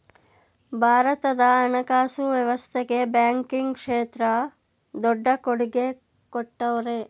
ಭಾರತದ ಹಣಕಾಸು ವ್ಯವಸ್ಥೆಗೆ ಬ್ಯಾಂಕಿಂಗ್ ಕ್ಷೇತ್ರ ದೊಡ್ಡ ಕೊಡುಗೆ ಕೊಟ್ಟವ್ರೆ